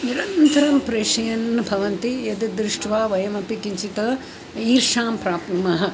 निरन्तरं प्रेशयन् भवति यद् दृष्ट्वा वयमपि किञ्चित् ईर्षां प्राप्नुमः